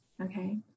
Okay